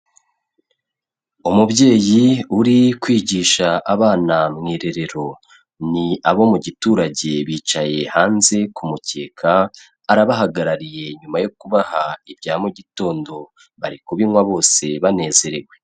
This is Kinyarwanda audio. Umubyeyi uri kwigisha abana mu irerero, ni abo mu giturage bicaye hanze ku mukeka arabahagarariye nyuma yo kubaha ibya mu gitondo bari kubinywa bose banezerewe.